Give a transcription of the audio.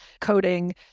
coding